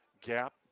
gap